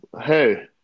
Hey